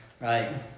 right